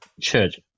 church